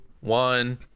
one